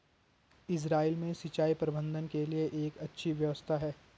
Israel में सिंचाई प्रबंधन के लिए एक अच्छी व्यवस्था है